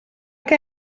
que